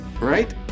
right